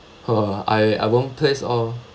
uh I I won't place all